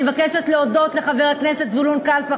אני מבקשת להודות לחבר הכנסת זבולון קלפה,